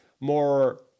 more